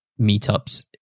meetups